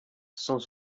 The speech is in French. cent